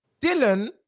Dylan